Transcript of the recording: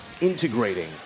integrating